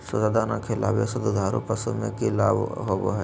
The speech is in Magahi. सुधा दाना खिलावे से दुधारू पशु में कि लाभ होबो हय?